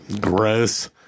Gross